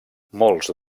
molts